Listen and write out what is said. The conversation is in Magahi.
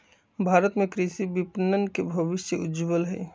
भारत में कृषि विपणन के भविष्य उज्ज्वल हई